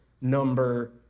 number